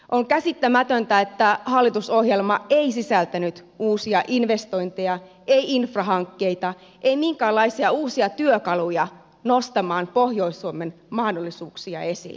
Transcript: on käsittämätöntä että hallitusohjelma ei sisältänyt uusia investointeja ei infrahankkeita ei minkäänlaisia uusia työkaluja nostamaan pohjois suomen mahdollisuuksia esille